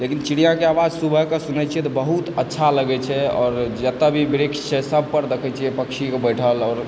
लेकिन चिड़ियाके आवाज सुबह कऽ सुनै छी तऽ बहुत अच्छा लागै छै आओर जतऽ भी वृक्ष छै सबपर देखै छी पक्षीके बैसल